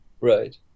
right